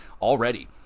already